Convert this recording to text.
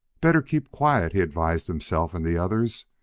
better keep quiet, he advised himself and the others.